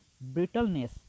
brittleness